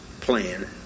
plan